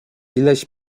ileś